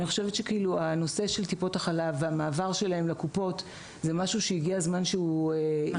אני חושבת שטיפות החלב והמעבר שלהן לקופות זה משהו שהגיע הזמן שיקרה.